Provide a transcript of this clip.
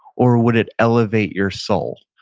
or would it elevate your soul?